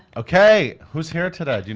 okay, who's here today?